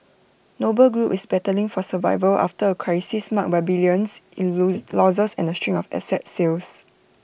noble group is battling for survival after A crisis marked by billions in losses and A string of asset sales